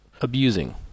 abusing